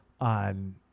on